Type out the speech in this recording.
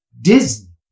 Disney